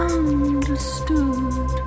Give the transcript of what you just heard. understood